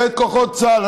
ואת כוחות צה"ל.